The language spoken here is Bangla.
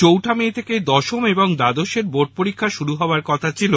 চৌঠা মে থেকে দশম এবং দ্বাদশের বোর্ড পরীক্ষা শুরু হওয়ার কথা ছিল